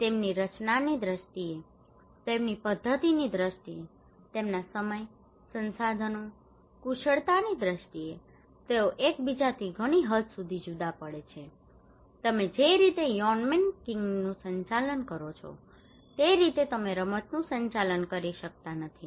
તેમની રચનાની દ્રષ્ટિએ તેમની પદ્ધતિની દ્રષ્ટિએ તેમના સમય સંસાધનો કુશળતાની દ્રષ્ટિએ તેઓ એકબીજાથી ઘણી હદ સુધી જુદા પડે છે તમે જે રીતે યોન્મેનમેનકીગનું સંચાલન કરો છો તે રીતે તમે રમતનું સંચાલન કરી શકતા નથી